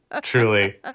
Truly